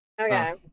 Okay